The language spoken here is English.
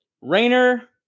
Rainer